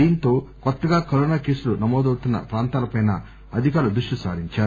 దీంతో కొత్తగా కరోనా కేసులు నమోదవుతున్న ప్రాంతాలపై అధికారులు దృష్టి సారించారు